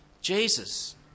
Jesus